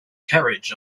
carriage